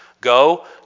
Go